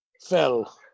fell